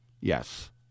Yes